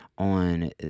on